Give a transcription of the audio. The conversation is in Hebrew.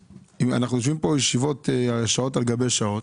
אנחנו יושבים כאן ישיבות במשך שעות על גבי שעות